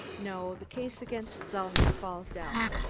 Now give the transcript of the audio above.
no! the case against zalnitch falls down.